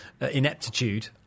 ineptitude